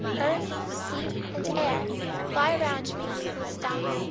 earth, sea, and air lie round me moveless dumb,